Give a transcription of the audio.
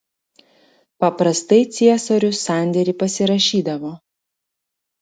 paprastai ciesorius sandėrį pasirašydavo